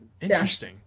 Interesting